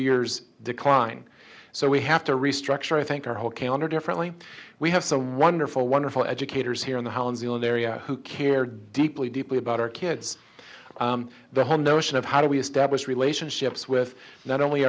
years decline so we have to restructure i think our whole calendar differently we have some wonderful wonderful educators here in the area who care deeply deeply about our kids the hundred mission of how do we establish relationships with not only